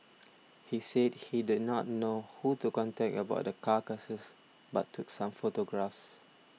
he said he did not know who to contact about the carcasses but took some photographs